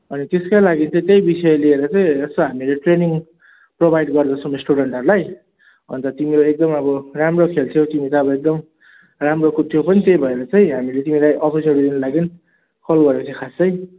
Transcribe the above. अनि त्यसकै लागि चाहिँ त्यही विषय लिएर चाहिँ यसो हामीले ट्रेनिङ प्रोभाइड गर्दैछौँ स्टुडेन्टहरूलाई अन्त तिमीले एकदम अब राम्रो खेल्थ्यौ तिमी त अब एकदम राम्रो कुद्थ्यौ पनि त्यो भएर चाहिँ हामीले तिमीलाई अफिसियल लिनु लागि कल गरेको थिएँ खास चाहिँ